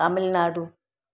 Tamil Nadu